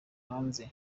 hanze